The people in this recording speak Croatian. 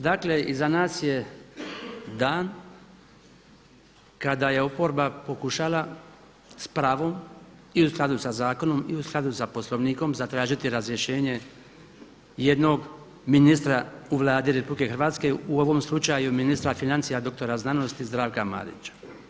Dakle iza nas je dan kada je oporba pokušala sa pravom i u skladu sa zakonom i u skladu sa Poslovnikom zatražiti razrješenje jednog ministra u Vladi RH, u ovom slučaju ministra financija dr. znanosti Zdravka Marića.